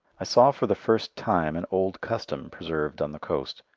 i saw for the first time an old custom preserved on the coast.